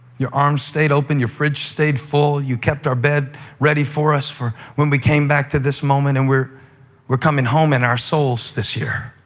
your arms stayed open. your fridge stayed full. you kept our bed ready for us for when we came back to this moment, and we're we're coming home in our souls this year.